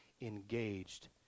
engaged